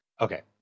Okay